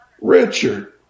Richard